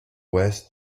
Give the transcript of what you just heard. ouest